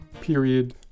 Period